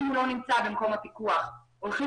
אם הוא לא נמצא במקום הפיקוח הם הולכים